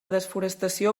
desforestació